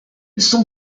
son